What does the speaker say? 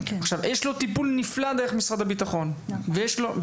יש לו טיפול נפלא דרך משרד הביטחון ויש